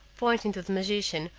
pointing to the magician,